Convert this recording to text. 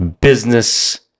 business